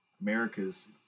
America's